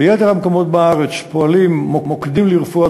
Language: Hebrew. ביתר המקומות בארץ פועלים מוקדים לרפואה